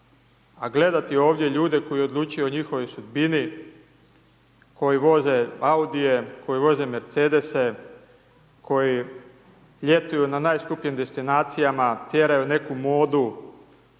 A gledati ovdje ljude koji odlučuju o njihovoj sudbini koji voze Audije, koji voze Mercedese, koji ljetuju na najskupljim destinacijama, tjeraju neku modu,